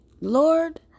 lord